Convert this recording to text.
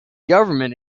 government